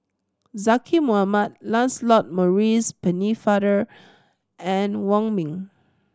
Zaqy Mohamad Lancelot Maurice Pennefather and Wong Ming